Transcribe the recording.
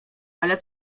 ale